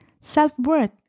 self-worth